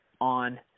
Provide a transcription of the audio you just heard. on